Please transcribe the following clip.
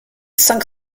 cinq